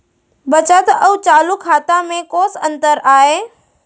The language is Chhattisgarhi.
बचत अऊ चालू खाता में कोस अंतर आय?